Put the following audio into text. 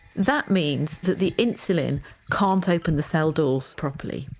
that means that the insulin can't open the cell doors properly.